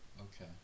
Okay